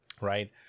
Right